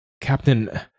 Captain